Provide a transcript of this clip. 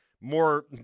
more